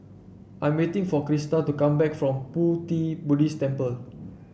I'm waiting for Krista to come back from Pu Ti Buddhist Temple